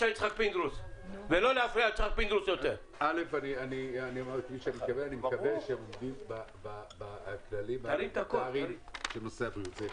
אני מקווה שהם עומדים בכללים של נושא הבריאות.